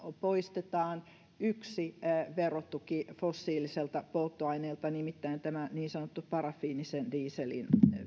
poistetaan yksi verotuki fossiiliselta polttoaineelta nimittäin tämä niin sanottu parafiinisen dieselin